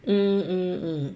um